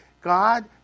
God